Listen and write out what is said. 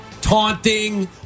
taunting